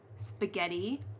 spaghetti